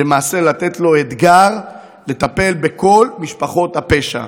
ולמעשה לתת לו אתגר, לטפל בכל משפחות הפשע.